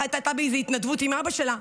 אחת הייתה באיזו התנדבות עם אבא שלה.